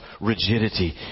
rigidity